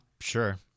sure